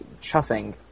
chuffing